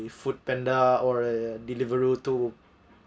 foodpanda or a deliveroo to